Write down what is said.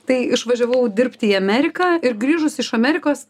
tai išvažiavau dirbti į ameriką ir grįžus iš amerikos